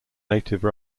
native